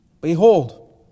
Behold